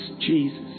jesus